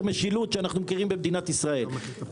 משילות שאנחנו מכירים במדינת ישראל.